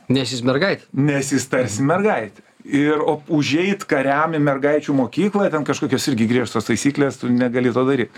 nes jis mergaitė nes jis tarsi mergaitė ir o užeit kariam į mergaičių mokyklą i ten kažkokios irgi griežtos taisyklės tu negali to daryt